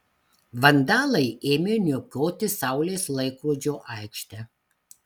vandalai ėmė niokoti saulės laikrodžio aikštę